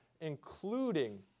including